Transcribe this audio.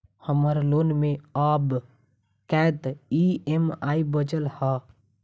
हम्मर लोन मे आब कैत ई.एम.आई बचल ह?